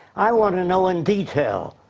i wanna know in detail.